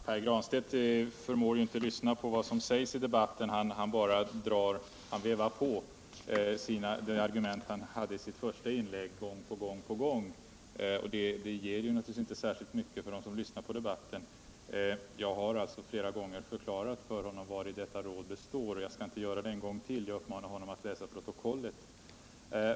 Herr talman! Pär Granstedt förmår inte lyssna på vad som sägs i debatten, utan han bara vevar på med de argument han hade i sitt första inlägg gång på gång. Det ger naturligtvis inte särskilt mycket för dem som lyssnar på debatten. Jag har förklarat för Pär Granstedt flera gånger vari detta råd består, och jag skall inte göra det ytterligare en gång, utan jag uppmanar honom att läsa protokollet.